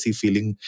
feeling